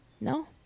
no